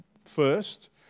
first